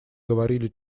говорили